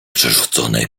przerzuconej